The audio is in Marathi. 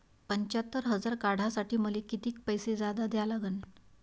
पंच्यात्तर हजार काढासाठी मले कितीक पैसे जादा द्या लागन?